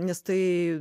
nes tai